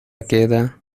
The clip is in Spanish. queda